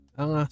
ang